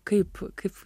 kaip kaip